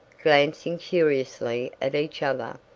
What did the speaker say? glancing curiously at each other,